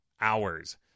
hours